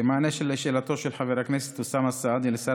במענה על שאלתו של חבר הכנסת אוסאמה סעדי לשר